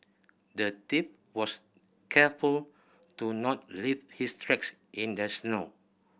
the thief was careful to not leave his tracks in the snow